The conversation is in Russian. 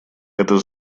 это